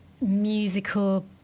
musical